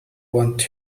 want